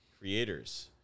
creators